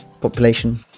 population